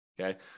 Okay